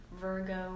Virgo